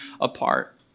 apart